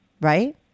right